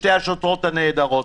שתי השוטרות הנהדרות האלה.